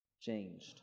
changed